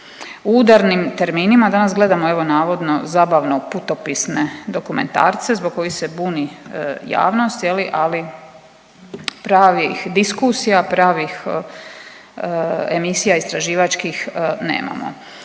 U udarnim terminima danas gledamo evo navodno zabavno putopisne dokumentarce zbog kojih se buni javnost je li, ali pravih diskusija, pravih emisija istraživačkih nemamo.